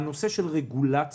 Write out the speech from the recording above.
הנושא של רגולציה